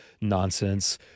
nonsense